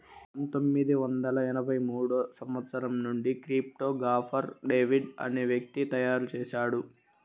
పంతొమ్మిది వందల ఎనభై మూడో సంవచ్చరం నుండి క్రిప్టో గాఫర్ డేవిడ్ అనే వ్యక్తి తయారు చేసాడు